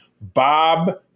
Bob